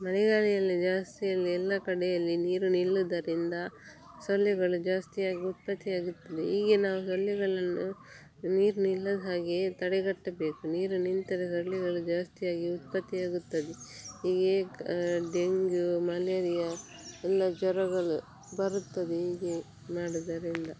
ಮಳೆಗಾಲದಲ್ಲಿ ಜಾಸ್ತಿ ಅಲ್ಲಿ ಎಲ್ಲ ಕಡೆಯಲ್ಲಿ ನೀರು ನಿಲ್ಲುವುದರಿಂದ ಸೊಳ್ಳೆಗಳು ಜಾಸ್ತಿಯಾಗಿ ಉತ್ಪತ್ತಿಯಾಗುತ್ತದೆ ಈಗಿನ ಸೊಳ್ಳೆಗಳನ್ನು ನೀರು ನಿಲ್ಲದ ಹಾಗೇ ತಡೆಗಟ್ಟಬೇಕು ನೀರು ನಿಂತರೆ ಸೊಳ್ಳೆಗಳು ಜಾಸ್ತಿಯಾಗಿ ಉತ್ಪತ್ತಿಯಾಗುತ್ತದೆ ಹೀಗೆ ಡೆಂಗ್ಯು ಮಲೇರಿಯಾ ಎಲ್ಲ ಜ್ವರಗಳು ಬರುತ್ತದೆ ಹೀಗೆ ಮಾಡುವುದರಿಂದ